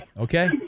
Okay